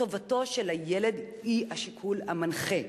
טובתו של הילד היא השיקול המנחה.